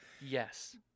Yes